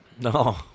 No